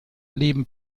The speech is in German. leben